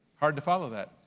hard to follow that.